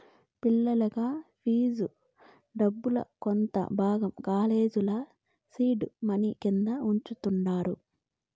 పిలగాల్ల ఫీజు దుడ్డుల కొంత భాగం కాలేజీల సీడ్ మనీ కింద వుంచతండారు